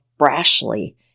brashly